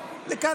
בקואליציה איתנו.